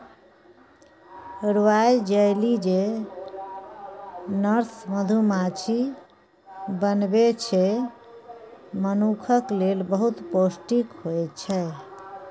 royal jelly जे nurse मधुमाछी बनबै छै मनुखक लेल बहुत पौष्टिक होइ छै